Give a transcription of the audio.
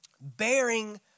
bearing